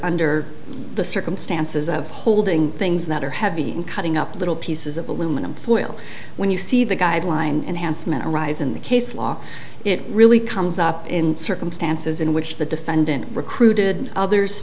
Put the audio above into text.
under the circumstances of holding things that are heavy and cutting up little pieces of aluminum foil when you see the guideline enhancement arise in the case law it really comes up in circumstances in which the defendant recruited others